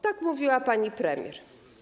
Tak mówiła pani premier.